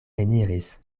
eniris